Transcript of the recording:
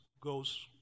goes